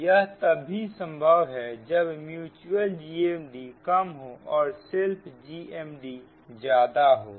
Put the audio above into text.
यह तभी संभव है जब म्यूच्यूअल GMD कम हो और सेल्फ GMD ज्यादा हो